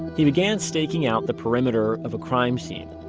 he began staking out the perimeter of a crime scene.